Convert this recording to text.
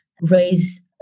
raise